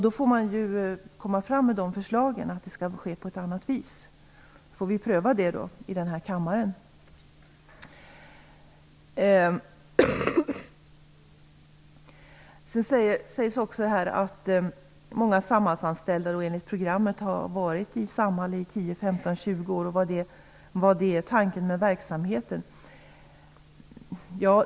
Då får man komma fram med förslag om att det skall ske på ett annat vis, och sedan får kammaren pröva detta. Det sägs här att många Samhallsanställda enligt programmet har varit i Samhall i 10,15,20 år, och frågan ställs om det var tanken med verksamheten.